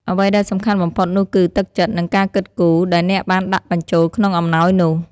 អ្វីដែលសំខាន់បំផុតនោះគឺ ទឹកចិត្ត និងការគិតគូរ ដែលអ្នកបានដាក់បញ្ចូលក្នុងអំណោយនោះ។